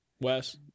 Wes